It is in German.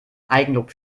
eigenlob